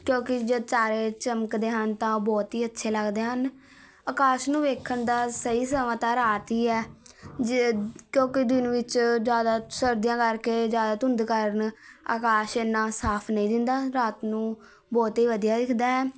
ਕਿਉਂਕਿ ਜਦ ਚਾਰੇ ਚਮਕਦੇ ਹਨ ਤਾਂ ਬਹੁਤ ਹੀ ਅੱਛੇ ਲੱਗਦੇ ਹਨ ਆਕਾਸ਼ ਨੂੰ ਵੇਖਣ ਦਾ ਸਹੀ ਸਮਾਂ ਤਾਂ ਰਾਤ ਹੀ ਹੈ ਜੇ ਕਿਉਂਕਿ ਦਿਨ ਵਿੱਚ ਜ਼ਿਆਦਾ ਸਰਦੀਆਂ ਕਰਕੇ ਜ਼ਿਆਦਾ ਧੁੰਦ ਕਾਰਨ ਆਕਾਸ਼ ਇੰਨਾਂ ਸਾਫ਼ ਨਹੀਂ ਦਿਨਦਾ ਰਾਤ ਨੂੰ ਬਹੁਤ ਹੀ ਵਧੀਆ ਦਿਖਦਾ ਹੈ